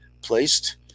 placed